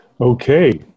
Okay